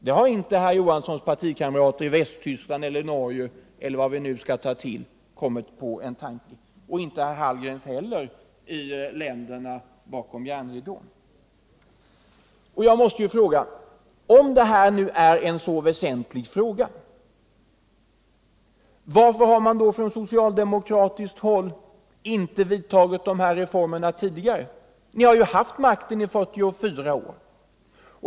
Det har inte Hilding Johanssons partikamrater i Västtyskland eller Norge eller vilket land vi nu skall ta till kommit på — inte heller Karl Hallgrens partivänner i länderna bakom järnridån. Jag måste ju säga: Om det här nu är en så väsentlig fråga, varför har man då från socialdemokratiskt håll inte genomfört reformen tidigare? Ni har ju haft makten i 44 år.